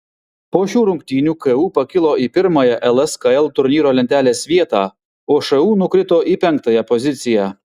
po šių rungtynių ku pakilo į pirmąją lskl turnyro lentelės vietą o šu nukrito į penktąją poziciją